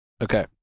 Okay